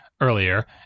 earlier